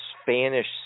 Spanish